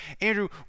Andrew